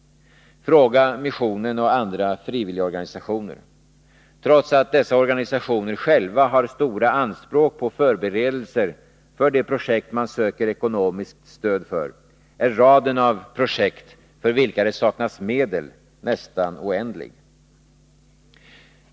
Fråga missionen och andra frivilligorganisationer! Trots att dessa organisationer själva har stora anspråk på förberedelser för de projekt man söker ekonomiskt stöd för är raden av projekt för vilka det saknas medel nästa oändlig.